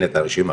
את הרשימה.